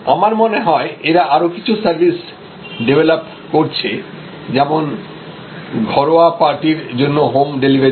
আমার মনে হয় এরা আরো কিছু সার্ভিস ডেভেলপ করছে যেমন ঘরোয়া পার্টির জন্য হোম ডেলিভারি